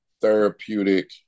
therapeutic